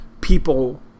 people